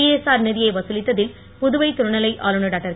CSR நிதியை வதுலித்தில் புதுவை துணைநிலை ஆளுதர் டாக்டர்